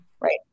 right